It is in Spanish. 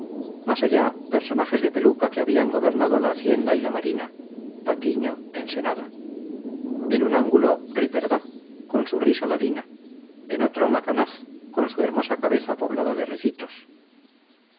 más allá personajes de peluca que habían gobernado la hacienda y la marina patiño ensenada en un ángulo riperdá con su risa ladina en otro macanaz con su hermosa cabeza poblada de ricitos